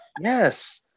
yes